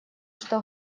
что